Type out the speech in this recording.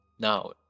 Now